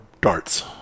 darts